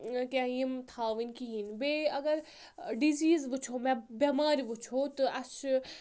کیٚنہہ یِم تھاوٕنۍ کِہیٖنۍ بیٚیہِ اگر ڈِزیٖز وُچھو مےٚ بؠمارِ وُچھو تہٕ اَسہِ چھُ